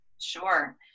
Sure